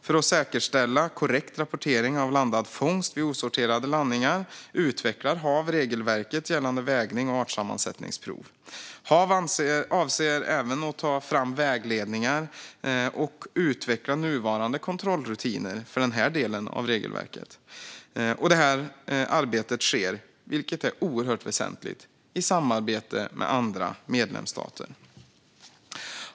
För att säkerställa korrekt rapportering av landad fångst vid osorterade landningar utvecklar HaV regelverket gällande vägning och artsammansättningsprov. HaV avser även att ta fram vägledningar och utveckla nuvarande kontrollrutiner för denna del av regelverket. Detta arbete sker, vilket är oerhört väsentligt, i samarbete med andra medlemsstater.